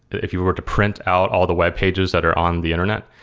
if you were to print out all the webpages that are on the internet,